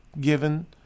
given